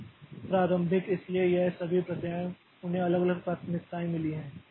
फिर प्रारंभिक इसलिए यह सभी प्रक्रियाएं उन्हें अलग अलग प्राथमिकताएं मिली हैं